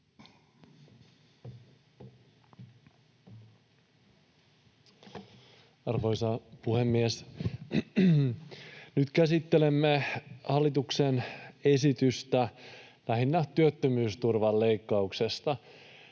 Arvoisa puhemies! Nyt käsittelemme hallituksen esitystä lähinnä työttömyysturvan leikkauksesta.